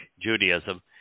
Judaism